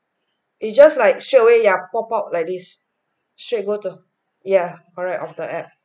it's just like showing ya pop up like this straight go to ya correct of the app